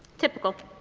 typical.